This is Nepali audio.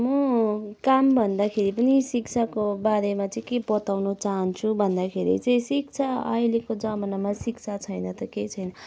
म कामभन्दाखेरि पनि शिक्षाको बारेमा चाहिँ के बताउनु चाहन्छु भन्दाखेरि चाहिँ शिक्षा अहिलेको जमानामा शिक्षा छैन त केही छैन